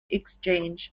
exchange